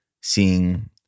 seeing